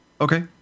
Okay